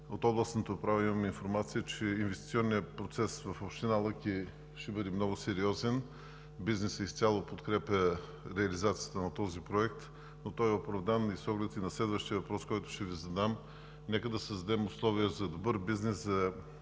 От областната управа имаме информация, че инвестиционният процес в община Лъки ще бъде много сериозен. Бизнесът изцяло подкрепя реализацията на този проект, но той е оправдан с оглед и на следващия въпрос, който ще Ви задам. Нека да създадем условия за добър бизнес,